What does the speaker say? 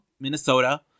Minnesota